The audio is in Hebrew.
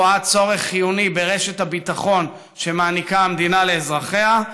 הרואה צורך חיוני ברשת הביטחון שמעניקה המדינה לאזרחיה,